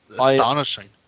Astonishing